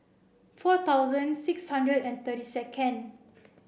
four thousand six hundred and thirty second